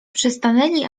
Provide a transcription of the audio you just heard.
przystanęli